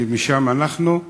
כי משם אנחנו,